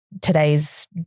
today's